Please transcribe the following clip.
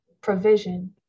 provision